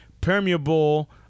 permeable